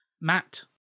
Matt